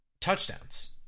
touchdowns